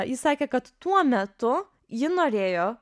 ji sakė kad tuo metu ji norėjo